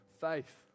faith